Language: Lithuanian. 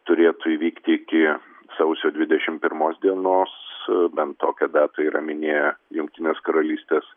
turėtų įvykti iki sausio dvidešim pirmos dienos bent tokią datą yra minėję jungtinės karalystės